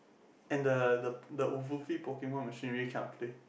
and the the the Pokemon machine really cannot play